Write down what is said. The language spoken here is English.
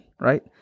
right